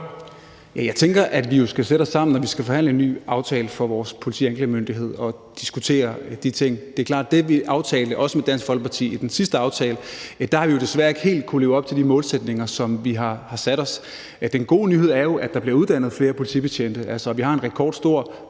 Jeg tænker jo, at vi skal sætte os sammen, når vi skal forhandle en ny aftale for vores politi og anklagemyndighed, og diskutere de ting. Det er klart, at i forbindelse med det, vi aftalte, også med Dansk Folkeparti, i den sidste aftale har vi jo desværre ikke helt kunnet leve op til de målsætninger, som vi har sat os. Den gode nyhed er jo, at der bliver uddannet flere politibetjente. Altså, vi har en rekordstor